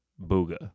Booga